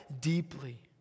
deeply